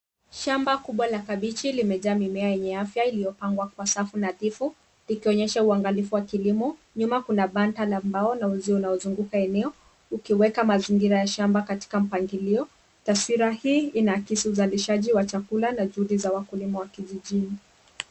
Shamba kubwa la kabeji limejaa mimea yenye afya, iliyopangwa kwa safu nadhifu, likionyesha uangalifu wa kilimo. Nyuma kuna banda la mbao la uzio unao zunguka eneo ukiweka mazingira ya shamba katika mpangilio. Taswira inaakisi uzalishaji wa chakula na juhudi za wakulima wa kijijini.